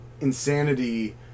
insanity